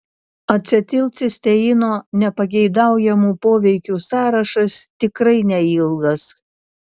acetilcisteino nepageidaujamų poveikių sąrašas tikrai neilgas